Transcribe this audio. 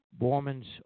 Borman's